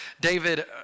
David